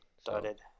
Started